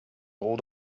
rot